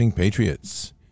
Patriots